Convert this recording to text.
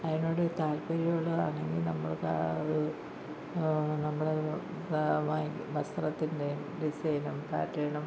അതിനോട് താല്പര്യം ഉള്ളതാണെങ്കിൽ നമുക്ക് അത് നമ്മൾ അത് വസ്ത്രത്തിൻ്റെ ഡിസൈനും പാറ്റേണും